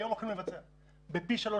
היום הולכים לבצע וזה עולה פי שלוש.